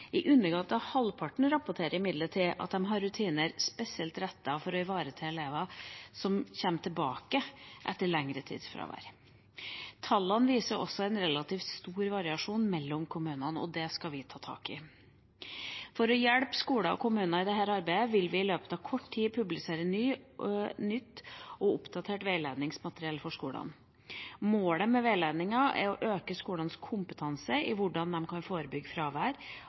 I underkant av halvparten rapporterer imidlertid at de har rutiner spesielt rettet mot å ivareta elever som kommer tilbake etter lengre tids fravær. Tallene viser også at det er relativt store variasjoner mellom kommunene. Det skal vi ta tak i. For å hjelpe skolene og kommunene i dette arbeidet vil vi i løpet av kort tid publisere nytt og oppdatert veiledningsmateriell til skolene. Målet med veiledningen er å øke skolenes kompetanse i hvordan de kan forebygge fravær,